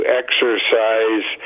exercise